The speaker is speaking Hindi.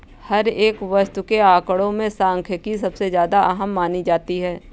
हर एक वस्तु के आंकडों में सांख्यिकी सबसे ज्यादा अहम मानी जाती है